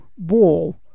wall